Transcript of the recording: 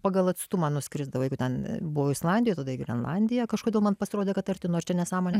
pagal atstumą nuskrisdavau jeigu ten buvau islandijoj tada į grenlandiją kažkodėl man pasirodė kad arti nors čia nesąmonė